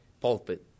pulpit